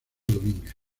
domínguez